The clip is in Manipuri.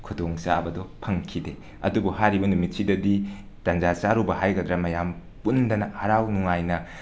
ꯈꯨꯗꯣꯡ ꯆꯥꯕꯗꯨ ꯐꯪꯈꯤꯗꯦ ꯑꯗꯨꯕꯨ ꯍꯥꯏꯔꯤꯕ ꯅꯨꯃꯤꯠꯁꯤꯗꯗꯤ ꯇꯟꯖꯥ ꯆꯥꯔꯨꯕ ꯍꯥꯏꯒꯗ꯭ꯔ ꯃꯌꯥꯝ ꯄꯨꯟꯗꯅ ꯍꯔꯥꯎ ꯅꯨꯡꯉꯥꯏꯅ